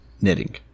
Knitting